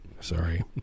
sorry